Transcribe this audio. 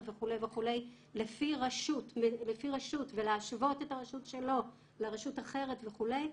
וכו' לפי רשות ולהשוות את הרשות שלו לרשות אחרת וכו'.